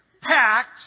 packed